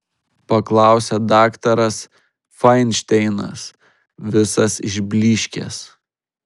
paklausė daktaras fainšteinas visas išblyškęs